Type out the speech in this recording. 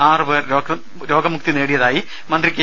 ആറുപേർ രോഗമുക്തി നേടിയതായി മന്ത്രി കെ